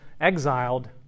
exiled